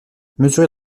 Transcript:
mesurez